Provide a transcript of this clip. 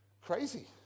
Crazy